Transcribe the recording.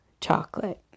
chocolate